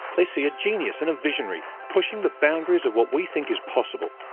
they see a genius and a visionary, pushing the boundaries of what we think is possible.